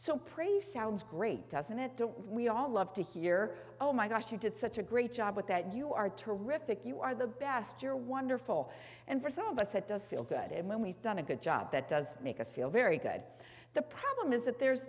so praise sounds great doesn't it don't we all love to hear oh my gosh you did such a great job with that you are terrific you are the best you're wonderful and for some of us it does feel good and when we've done a good job that does make us feel very good the problem is that there's